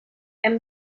hem